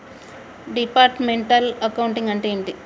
Departmental accounting అంటే ఏమిటి?